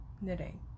Knitting